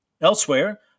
Elsewhere